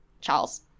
Charles